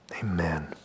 Amen